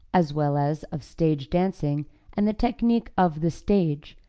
as well as of stage dancing and the technique of the stage,